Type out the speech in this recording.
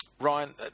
Ryan